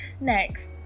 Next